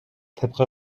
طبق